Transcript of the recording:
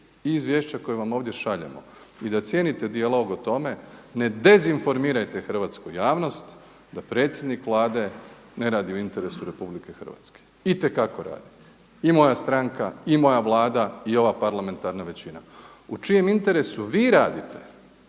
i izvješća koja vam ovdje šaljemo i da cijenite dijalog o tome ne dezinformirajte hrvatsku javnost da predsjednik Vlade ne radi u interesu RH. Itekako radi i moja stranka i moja Vlada i ova parlamentarna većina. U čijem interesu vi radite,